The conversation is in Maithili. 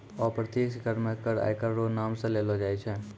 अप्रत्यक्ष कर मे कर आयकर रो नाम सं लेलो जाय छै